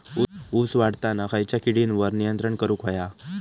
ऊस वाढताना खयच्या किडींवर नियंत्रण करुक व्हया?